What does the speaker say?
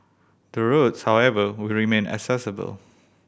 the roads however will remain accessible